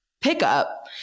pickup